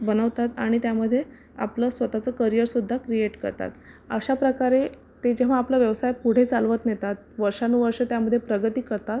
बनवतात आणि त्यामध्ये आपलं स्वतःचं करियरसुद्धा क्रियेट करतात अशा प्रकारे ते जेव्हा आपला व्यवसाय पुढे चालवत नेतात वर्षानुवर्षं त्यामध्ये प्रगती करतात